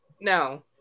No